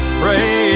pray